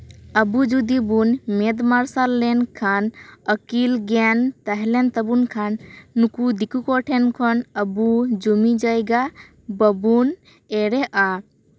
ᱟᱵᱚ ᱡᱩᱫᱤ ᱵᱟᱚᱱ ᱢᱮᱫ ᱢᱟᱨᱥᱟᱞ ᱞᱮᱱᱠᱷᱟᱱ ᱟᱹᱠᱤᱞ ᱜᱮᱭᱟᱱ ᱛᱟᱦᱮᱸ ᱞᱮᱱ ᱛᱟᱵᱚᱱ ᱠᱷᱟᱱ ᱱᱩᱠᱩ ᱫᱤᱠᱩ ᱠᱚ ᱴᱷᱮᱱ ᱟᱵᱩ ᱡᱩᱢᱤ ᱡᱟᱭᱜᱟ ᱵᱟᱵᱚᱱ ᱮᱲᱮᱜᱼᱟ